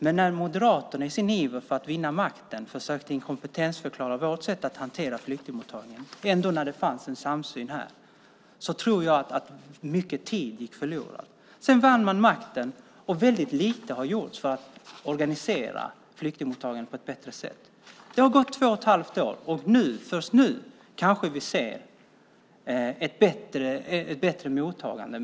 Men när Moderaterna i sin iver att vinna makten försökte inkompetensförklara vårt sätt att hantera flyktingmottagandet, där det ändå fanns samsyn, tror jag att mycket tid gick förlorad. Sedan vann man makten, och väldigt lite har gjorts för att organisera flyktingmottagandet på ett bättre sätt. Det har gått två och ett halvt år, och först nu kanske vi ser ett bättre mottagande.